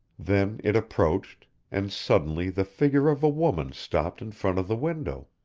then it approached, and suddenly the figure of a woman stopped in front of the window.